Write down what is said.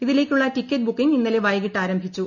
ഇതിലേക്കുള്ള ticket booking ഇന്നലെ വൈകിട്ട് ആരംഭിച്ചു